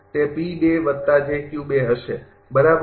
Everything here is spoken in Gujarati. તે હશે બરાબર